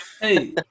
Hey